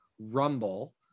Rumble